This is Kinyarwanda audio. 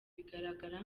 bigaragara